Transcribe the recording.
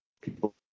people